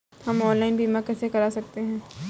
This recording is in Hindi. हम ऑनलाइन बीमा कैसे कर सकते हैं?